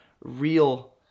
real